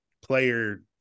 player